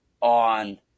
on